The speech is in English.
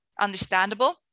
understandable